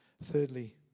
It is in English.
Thirdly